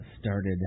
started